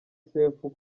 sefu